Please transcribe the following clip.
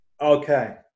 Okay